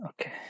okay